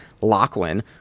Lachlan